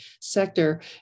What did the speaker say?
sector